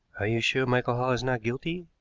are you sure michael hall is not guilty?